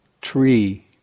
tree